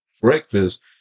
breakfast